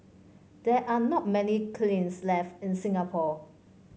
there are not many kilns left in Singapore